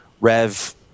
Rev